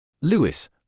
Lewis